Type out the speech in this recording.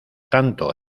tanto